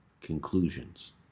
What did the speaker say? conclusions